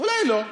אולי לא,